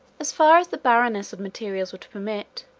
as far as the barrenness of materials would permit,